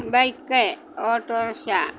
bike autorickshaw